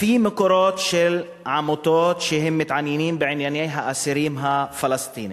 לפי מקורות של עמותות שמתעניינות בענייני האסירים הפלסטינים,